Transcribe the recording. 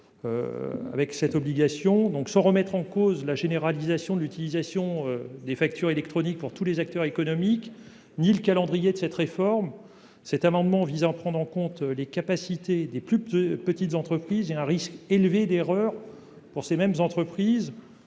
échéant applicable. Sans remettre en cause la généralisation de l'utilisation de factures électroniques par tous les acteurs économiques ni le calendrier de cette réforme, cet amendement vise à prendre en compte les capacités des plus petites entreprises et un risque élevé d'erreurs de leur part.